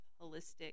Holistic